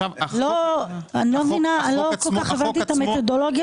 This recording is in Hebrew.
לא הבנתי את המתודולוגיה,